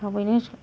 थाबैनो